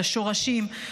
לשורשים.